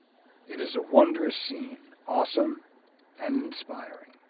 it is a wondrous scene. awesome and inspiring.